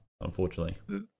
unfortunately